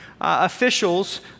officials